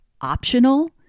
optional